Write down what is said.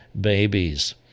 babies